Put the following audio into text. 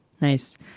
Nice